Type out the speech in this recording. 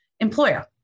Employer